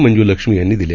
मंज्लक्ष्मी यांनी दिले